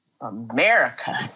America